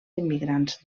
immigrants